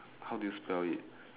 how do you spell it